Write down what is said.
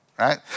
Right